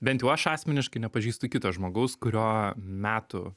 bent jau aš asmeniškai nepažįstu kito žmogaus kurio metų